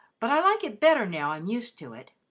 but i like it better now i'm used to it.